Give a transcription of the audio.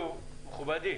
בהגדרה צורך גפ"מ,